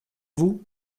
vous